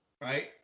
right